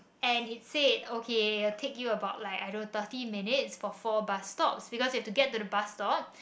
and it said okay it will take you about thirty minutes for four bus stops because you have to get to the bus stop